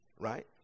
right